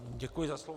Děkuji za slovo.